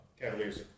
Cavaliers